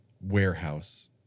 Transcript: warehouse